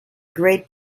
great